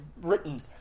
written